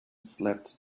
slept